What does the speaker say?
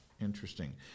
Interesting